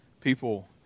people